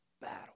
battle